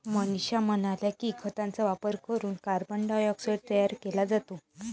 मनीषा म्हणाल्या की, खतांचा वापर करून कार्बन डायऑक्साईड तयार केला जातो